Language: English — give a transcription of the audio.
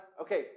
Okay